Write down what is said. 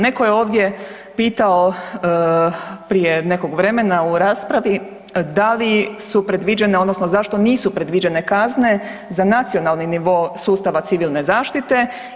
Netko je ovdje pitao prije nekog vremena u raspravi da li su predviđene odnosno zašto nisu predviđene kazne za nacionalni nivo sustava civilne zaštite.